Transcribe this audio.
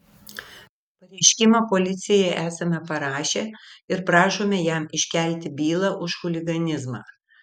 pareiškimą policijai esame parašę ir prašome jam iškelti bylą už chuliganizmą